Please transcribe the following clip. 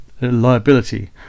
liability